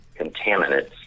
contaminants